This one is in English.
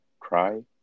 cry